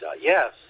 yes